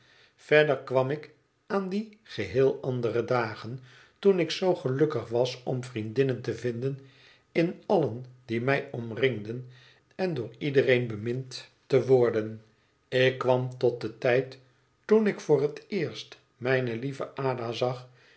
verder kwam ik aan die geheel andere dagen toen ik zoo gelukkig was om vriendinnen te vinden in allen die mij omringden en door iedereen bemind te esther gevoelt zich zeer gelukkig worden ik kwam tot den tijd toen ik voor het eerst mijne lieve ada zag